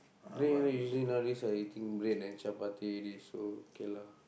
then usually nowadays I eating bread and chappati already so okay lah